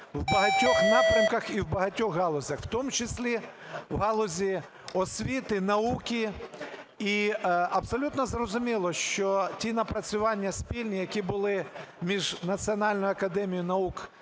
в багатьох напрямках і в багатьох галузях, в тому числі в галузі освіти, науки. І абсолютно зрозуміло, що ті напрацювання спільні, які були між Національною академією наук